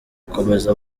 akomeza